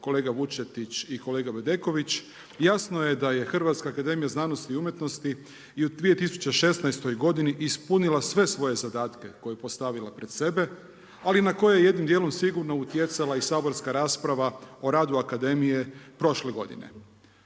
kolega Vučetić i kolega Bedeković, jasno je da je HAZU i u 2016. godini ispunila sve svoje zadatke koje je postavila pred sebe, ali na koje jednim dijelom sigurno utjecala i saborska rasprava o radu akademije prošle godine.